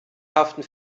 haften